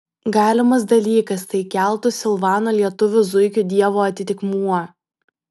galimas dalykas tai keltų silvano lietuvių zuikių dievo atitikmuo